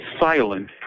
silent